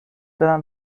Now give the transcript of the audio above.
برم